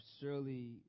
surely